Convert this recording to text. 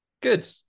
good